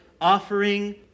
offering